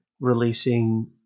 releasing